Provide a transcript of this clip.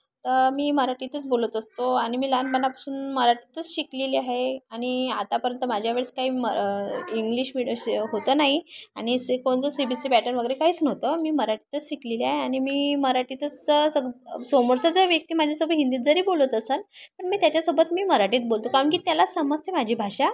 तर मी मराठीतच बोलत असतो आणि मी लहानपणापासून मराठीतच शिकलेली आहे आणि आतापर्यंत माझ्या वेळेस काही म इंग्लिश होतं नाही आणि सी कोणचं सीबीससी पॅटर्न वगैरे काहीच नव्हतं मी मराठीतच शिकलेली आहे आणि मी मराठीतच सग समोरच्या जर व्यक्ती माझ्यासोबत हिंदीत जरी बोलत असाल पण मी त्याच्यासोबत मी मराठीत बोलतो कारण की त्याला समजते माझी भाषा